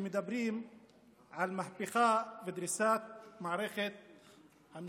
מדברים על מהפכה ודריסת מערכת המשפט,